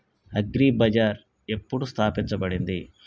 Agri bazaar ఎప్పుడు స్థాపించబడింది?